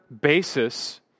basis